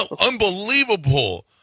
Unbelievable